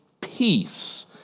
peace